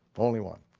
only one.